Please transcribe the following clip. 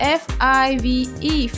five